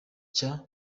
cya